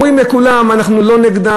אומרים לכולם: אנחנו לא נגדם,